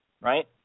right